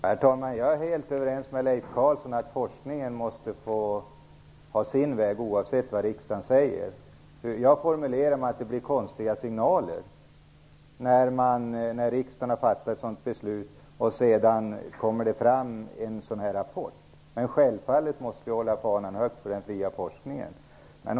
Herr talman! Vi är helt överens, Leif Carlson, om att forskningen måste få ha sin väg, oavsett vad riksdagen säger. Jag hade en formulering om konstiga signaler när riksdagen fattat beslut och det sedan kommer en sådan här rapport. Självfallet måste vi hålla fanan högt för den fria forskningen.